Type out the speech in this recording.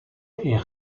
est